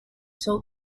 till